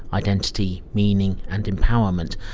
identity, meaning and empowerment.